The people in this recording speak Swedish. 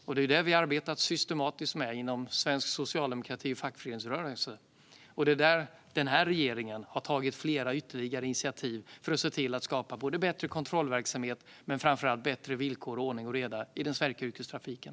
Det är mot detta vi har arbetat systematiskt inom svensk socialdemokrati och fackföreningsrörelse, och den här regeringen har tagit flera ytterligare initiativ för att skapa bättre kontrollverksamhet och framför allt bättre villkor och ordning och reda i den svenska yrkestrafiken.